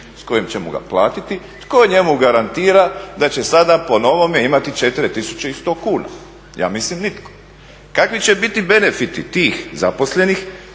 s kojim ćemo ga platiti, tko njemu garantira da će sada po novome imati 4100 kuna. Ja mislim nitko. Kakvi će biti benefiti tih zaposlenih